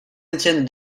étienne